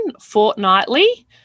fortnightly